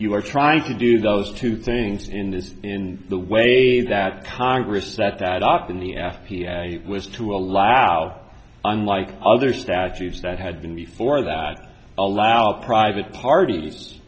you are trying to do those two things in this in the way that congress that that often the f p a was to allow unlike other statues that had been before that allow private parties